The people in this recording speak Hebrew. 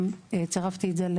גם צירפתי את זה.